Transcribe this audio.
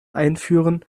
einführen